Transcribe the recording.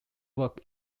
work